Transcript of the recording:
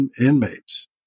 inmates